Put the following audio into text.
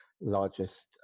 largest